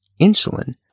insulin